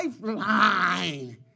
lifeline